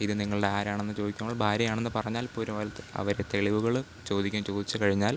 ഇത് നിങ്ങളുടെ ആരാണെന്ന് ചോദിക്കുമ്പോൾ ഭാര്യ ആണെന്ന് പറഞ്ഞാൽ പോലും അവർ അത് അവർ തെളിവുകൾ ചോദിക്കും ചോദിച്ച് കഴിഞ്ഞാൽ